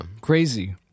Crazy